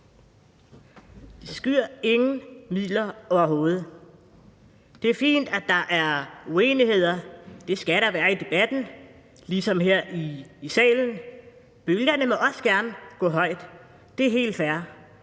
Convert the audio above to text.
De skyr ingen midler overhovedet. Det er fint, at der er uenigheder – det skal der være i debatten ligesom her i salen – og bølgerne må også gerne gå højt, det er helt fair,